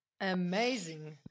amazing